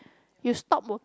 you stop working